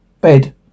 bed